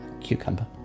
cucumber